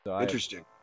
interesting